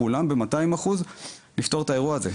כולם ב-200% לפתור את האירוע הזה.